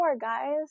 guys